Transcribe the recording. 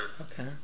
Okay